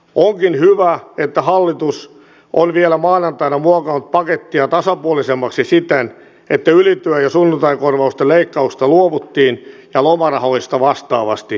onkin hyvä että hallitus on vielä maanantaina muokannut pakettia tasapuolisemmaksi siten että ylityö ja sunnuntaikorvausten leikkauksista luovuttiin ja lomarahoista vastaavasti tingittiin